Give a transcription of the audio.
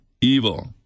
evil